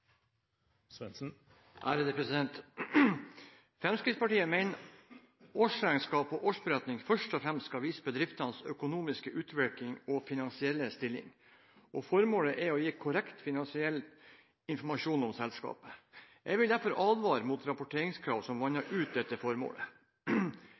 Fremskrittspartiet mener årsregnskap og årsberetning først og fremst skal vise bedriftenes økonomiske utvikling og finansielle stilling, og formålet er å gi korrekt finansiell informasjon om selskapet. Jeg vil derfor advare mot rapporteringskrav som